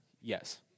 Yes